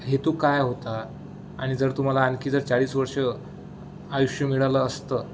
हेतू काय होता आणि जर तुम्हाला आणखी जर चाळीस वर्ष आयुष्य मिळालं असतं